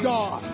God